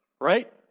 right